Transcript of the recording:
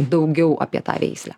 daugiau apie tą veislę